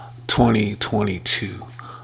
2022